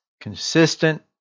consistent